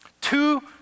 Two